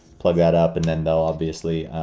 plug that up and then they will obviously